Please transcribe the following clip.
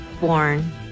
born